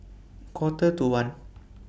Quarter to one